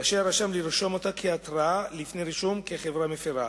רשאי הרשם לרשום אותה כהתראה לפני רישום כחברה מפירה.